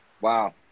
Wow